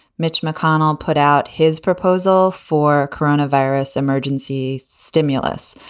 mitch mcconnell put out his proposal for a corona virus emergency stimulus.